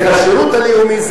את השירות הלאומי,